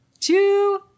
two